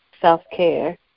self-care